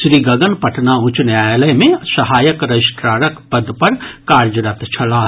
श्री गगन पटना उच्च न्यायालय मे सहायक रजिस्ट्रारक पद पर कार्यरत छलाह